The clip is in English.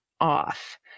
off